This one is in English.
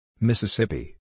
Mississippi